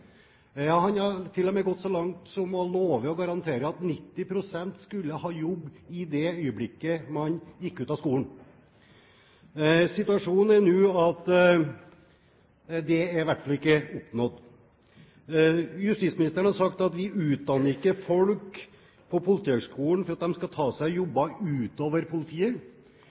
Ja, han har til og med gått så langt som å love og garantere at 90 pst. skulle ha jobb i det øyeblikket de gikk ut av skolen. Situasjonen nå er at det er i hvert fall ikke oppnådd. Justisministeren har sagt at vi utdanner ikke folk på Politihøgskolen for at de skal ta seg jobber utenom politiet.